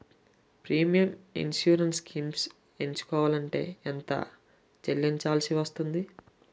Premium insurance schemes ఎంచుకోవలంటే ఎంత చల్లించాల్సివస్తుంది??